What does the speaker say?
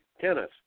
tennis